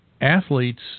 Athletes